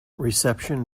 reception